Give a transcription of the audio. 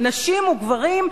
חרדים וחילונים?